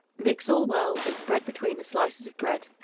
mix all well and spread between the slices of bread.